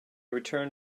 returned